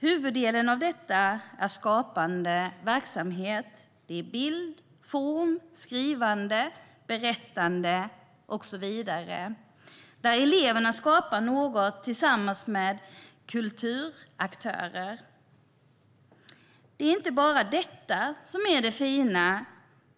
Huvuddelen av verksamheten är skapande, bild, form, skrivande, berättande och så vidare där eleverna skapar något tillsammans med kulturaktörer. Det är inte bara detta som är det fina.